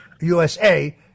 USA